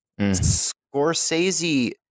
Scorsese